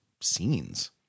scenes